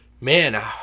Man